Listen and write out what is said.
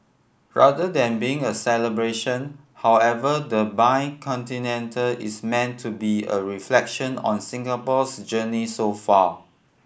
rather than being a celebration however the is meant to be a reflection on Singapore's journey so far